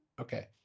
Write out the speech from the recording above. Okay